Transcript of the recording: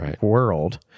world